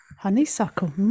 Honeysuckle